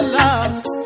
loves